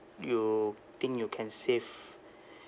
you think you can save